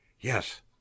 Yes